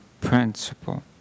principle